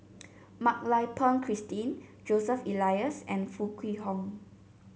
Mak Lai Peng Christine Joseph Elias and Foo Kwee Horng